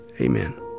Amen